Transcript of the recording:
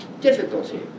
difficulty